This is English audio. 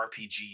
RPG